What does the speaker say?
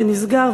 שנסגר,